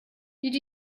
did